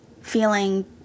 feeling